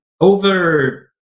over